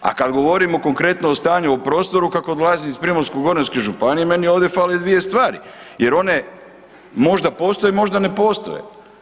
A kada govorimo konkretno o stanju u prostoru kako dolazim iz Primorsko-goranske županije meni ovdje fale dvije stvari jer one možda postoje, možda ne postoje.